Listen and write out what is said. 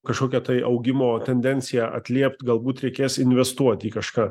kažkokią tai augimo tendenciją atliept galbūt reikės investuot į kažką